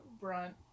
Brunt